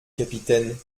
capitaine